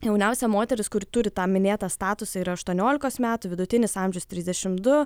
jauniausia moteris kuri turi tą minėtą statusą yra aštuoniolikos metų vidutinis amžius trisdešimt du